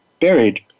buried